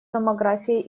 томографией